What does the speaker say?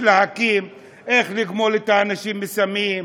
הוא לגמול את האנשים מסמים,